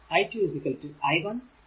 i2 i 1